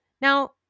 Now